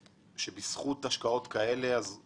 בזכות השקעות כאלו היא